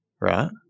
Right